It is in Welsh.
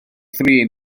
thrin